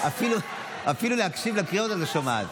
אפילו להקשיב לקריאות את לא שומעת.